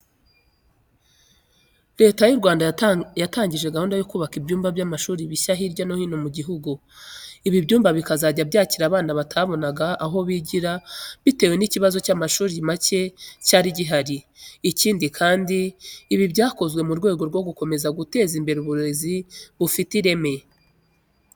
Leta y'u Rwanda yatangije gahunda yo kubaka ibyumba by'amashuri bishya hirya no hino mu gihugu. Ibi byumba bikazajya byakira abana batabonaga aho bigira bitewe n'ikibazo cy'amashuri make cyari gihari. Ikindi kandi, ibi byakozwe mu rwego rwo gukomeza guteza imbere uburezi bufite ireme.